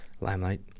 Limelight